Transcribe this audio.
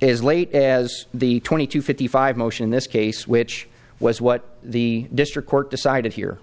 as late as the twenty two fifty five motion in this case which was what the district court decided here